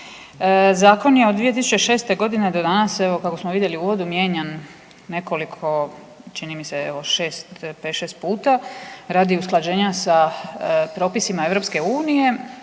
Zakon je od 2006.g. do danas evo kako smo vidjeli u uvodu mijenjan nekoliko čini mi se pet, šest puta radi usklađenja sa propisima EU, a